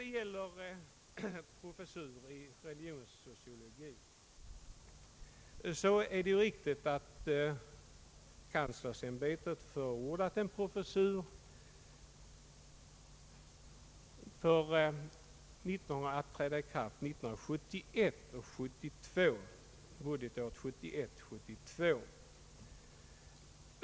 Vad gäller en professur i religionssociologi så är det riktigt att universi tetskanslersämbetet förordat att en professur inrättas från och med budgetåret 1971/72.